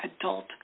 adult